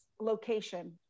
location